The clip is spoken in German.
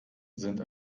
sind